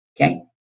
okay